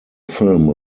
film